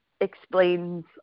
explains